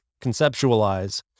conceptualize